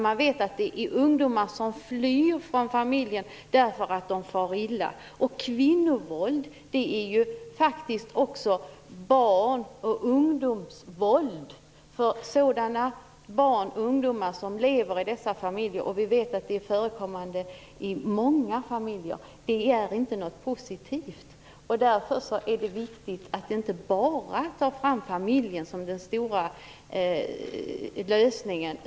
Man vet att många ungdomar flyr från sina familjer därför att de far illa. Kvinnovåld är faktiskt också barn och ungdomsvåld. Barn och ungdomar lever ju också i dessa familjer. Vi vet att kvinnovåld förekommer i många familjer. Det är inte något positivt. Därför är det viktigt att inte lyfta fram familjen som den enda lösningen.